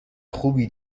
خوبی